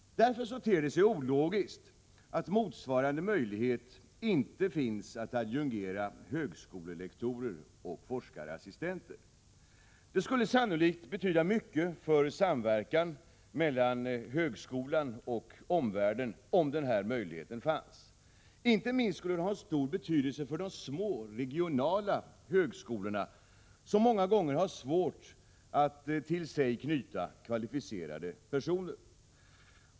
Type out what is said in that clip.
Därför ter det sig ologiskt att motsvarande möjlighet inte finns att adjungera högskolelektorer och forskarassistenter. Det skulle sannolikt betyda mycket för samverkan mellan högskolan och omvärlden om denna möjlighet fanns. Det skulle ha mycket stor betydelse för exempelvis de små, regionala högskolorna, som många gånger har svårt att till sig knyta kvalificerade personer.